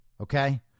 Okay